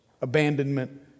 abandonment